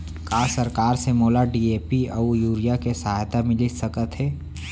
का सरकार से मोला डी.ए.पी अऊ यूरिया के सहायता मिलिस सकत हे?